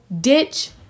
Ditch